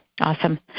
Awesome